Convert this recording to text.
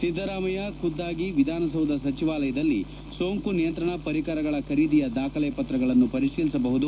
ಸಿದ್ದರಾಮಯ್ಯ ಖುದ್ದಾಗಿ ವಿಧಾನಸೌಧ ಸಚಿವಾಲಯದಲ್ಲಿ ಸೋಂಕು ನಿಯಂತ್ರಣ ಪರಿಕರಗಳ ಖರೀದಿಯ ದಾಖಲೆ ಪತ್ರಗಳನ್ನು ಪರಿಶೀಲಿಸಬಹುದು